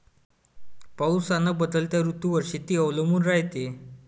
पाऊस अन बदलत्या ऋतूवर शेती अवलंबून रायते